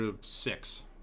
Six